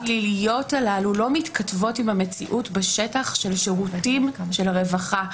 המערכות הפליליות הללו לא מתכתבות עם המציאות בשטח של שירותים של רווחה.